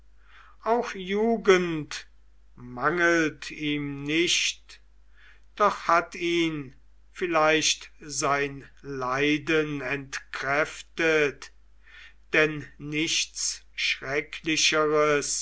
auch jugend mangelt ihm nicht doch hat ihn vielleicht sein leiden entkräftet denn nichts schrecklichers